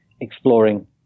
exploring